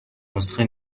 نسخه